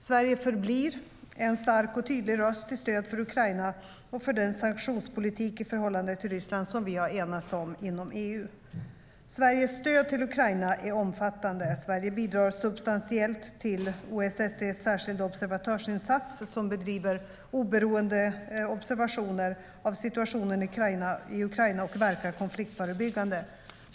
Sverige förblir en stark och tydlig röst till stöd för Ukraina och för den sanktionspolitik i förhållande till Ryssland som vi har enats om inom EU.Sveriges stöd till Ukraina är omfattande. Sverige bidrar substantiellt till OSSE:s särskilda observatörsinsats, som bedriver oberoende observationer av situationen i Ukraina och verkar konfliktförebyggande.